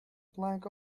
plank